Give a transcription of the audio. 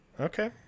okay